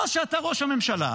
או שאתה ראש הממשלה,